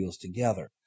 together